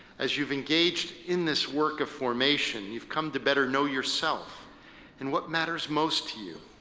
as you've engaged in this work of formation, you've come to better know yourself and what matters most to you,